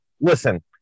listen